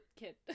kid